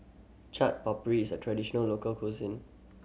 Chaat Papri is a traditional local cuisine